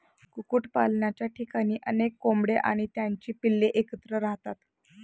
कुक्कुटपालनाच्या ठिकाणी अनेक कोंबड्या आणि त्यांची पिल्ले एकत्र राहतात